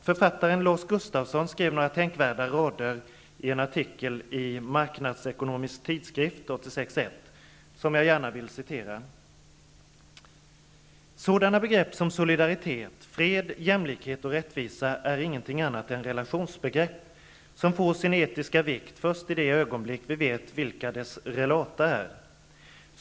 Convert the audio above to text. Författaren Lars Gustafsson skrev några tänkvärda rader i en artikel i Marknadsekonomisk tidskrift som jag gärna vill citera: ''Sådana begrepp som solidaritet, fred, jämlikhet och rättvisa är ingenting annat än relationsbegrepp, som får sin etiska vikt först i det ögonblick vi vet vilka deras relata är.